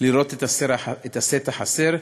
לראות את הסט החסר,